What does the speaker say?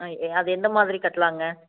ஆ அது எந்த மாதிரி கட்டலாங்க